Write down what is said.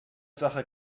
sache